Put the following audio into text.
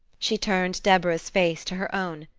she turned deborah's face to her own,